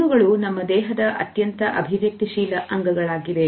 ಕಣ್ಣುಗಳು ನಮ್ಮ ದೇಹದ ಅತ್ಯಂತ ಅಭಿವ್ಯಕ್ತಿಶೀಲ ಅಂಗಗಳಾಗಿವೆ